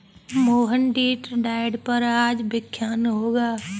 मोहन डेट डाइट पर आज व्याख्यान होगा